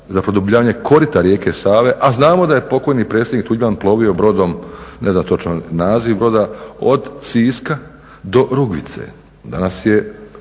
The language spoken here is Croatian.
za produbljenje korita rijeke Save. A znamo da je pokojni predsjednik Tuđman plovio brodom, ne znam točno naziv broda, od Siska do Rugvice.